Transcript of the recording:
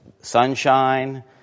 sunshine